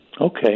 Okay